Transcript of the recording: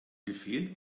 befehl